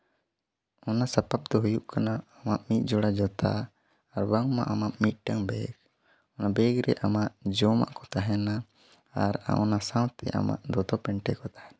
ᱚᱱᱟ ᱥᱟᱯᱟᱯ ᱫᱚ ᱦᱩᱭᱩᱜ ᱠᱟᱱᱟ ᱢᱤᱫ ᱡᱚᱲᱟ ᱡᱚᱛᱟ ᱟᱨ ᱵᱟᱝᱢᱟ ᱚᱱᱟ ᱢᱤᱫᱴᱟᱹᱝ ᱵᱮᱜᱽ ᱚᱱᱟ ᱵᱮᱜᱽ ᱨᱮ ᱟᱢᱟᱜ ᱡᱚᱢᱟᱜ ᱠᱚ ᱛᱟᱦᱮᱱᱟ ᱟᱨ ᱚᱱᱟ ᱥᱟᱶᱛᱮ ᱟᱢᱟᱜ ᱫᱚᱛᱚᱠ ᱯᱮᱱᱴᱮ ᱠᱚ ᱛᱟᱦᱮᱱᱟ